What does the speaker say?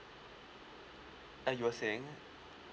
uh you were saying